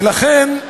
ולכן,